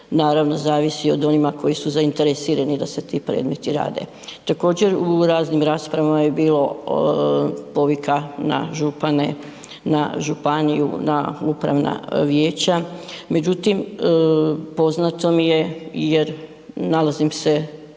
naravno zavisi o onima koji su zainteresirani da se ti predmeti rade. Također u raznim raspravama je bilo povika na župane, na županiju, na upravna vijeća međutim poznato mi je jer nalazim se,